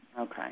Okay